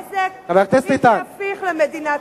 אתם גורמים נזק בלתי הפיך למדינת ישראל.